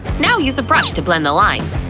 now use a brush to blend the lines.